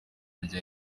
rya